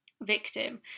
victim